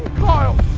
kyle.